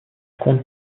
compte